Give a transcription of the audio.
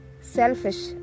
selfish